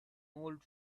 old